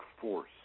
force